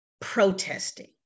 protesting